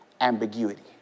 ambiguity